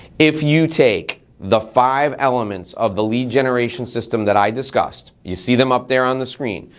if you take the five elements of the lead generation system that i discussed, you see them up there on the screen,